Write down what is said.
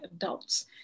adults